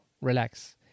Relax